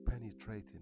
penetrating